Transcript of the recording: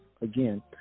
again